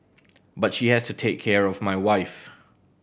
but she has to take care of my wife